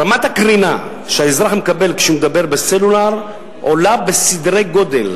רמת הקרינה שהאזרח מקבל כשהוא מדבר בסלולר עולה בסדרי-גודל,